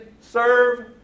serve